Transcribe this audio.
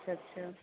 अच्छा